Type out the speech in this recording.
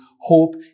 hope